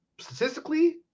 statistically